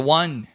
one